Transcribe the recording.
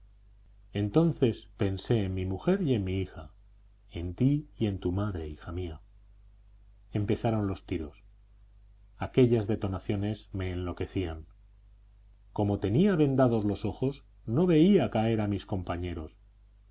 entonces pensé en mi mujer y en mi hija en ti y en tu madre hija mía empezaron los tiros aquellas detonaciones me enloquecían como tenía vendados los ojos no veía caer a mis compañeros